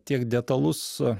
tiek detalus